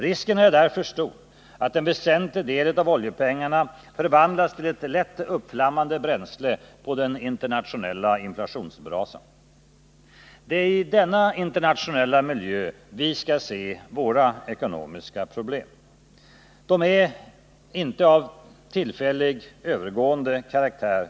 Risken är därför stor att en väsentlig del av oljepengarna förvandlas till ett lätt uppflammande bränsle på den internationella inflationsbrasan. Det är i denna internationella miljö vi skall se våra ekonomiska problem. De är dess värre inte av tillfällig, övergående karaktär.